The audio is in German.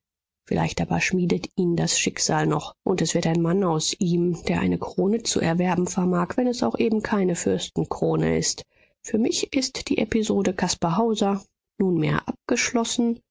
vielleicht aber schmiedet ihn das schicksal noch und es wird ein mann aus ihm der eine krone zu erwerben vermag wenn es auch eben keine fürstenkrone ist für mich ist die episode caspar hauser nunmehr abgeschlossen